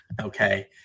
Okay